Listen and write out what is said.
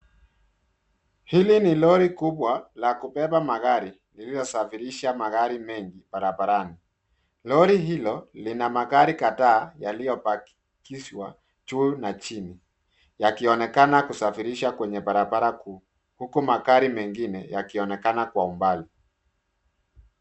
Hili ni lori kubwa la kubeba magari iliyosafirisha magari mengi barabarani. Lori hilo lina magari kadhaa yaliyopandishwa juu na chini yakionekana kusafirisha kwenye barabara kuu, huku magari mengine yakionekana kwa umbali.